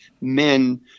men